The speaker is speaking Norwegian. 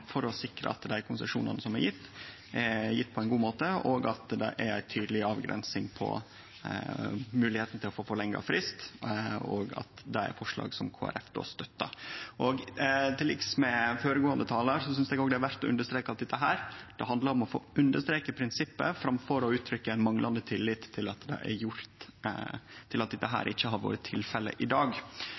for å sikre at dei konsesjonane som er gjevne, er gjevne på ein god måte, og at det er ei tydeleg avgrensing av moglegheita til å få forlengje fristen. Det er forslag som Kristeleg Folkeparti støttar. Til liks med føregåande talar synest eg det er verdt å understreke at dette handlar om å understreke prinsippet framfor å gje uttrykk for manglande tillit til at dette ikkje har vore tilfellet i dag.